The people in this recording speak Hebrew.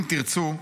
אם תרצו,